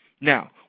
Now